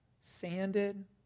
sanded